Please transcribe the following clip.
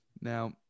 Now